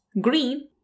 Green